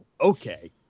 okay